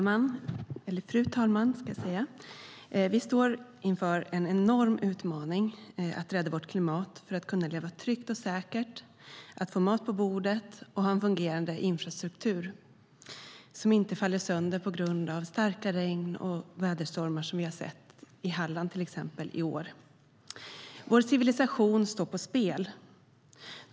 Fru talman! Vi står inför en enorm utmaning att rädda vårt klimat för att kunna leva tryggt och säkert, få mat på bordet och ha en fungerande infrastruktur som inte faller sönder på grund av starka regn och stormar, som vi har sett till exempel i Halland i år. Vår civilisation står på spel.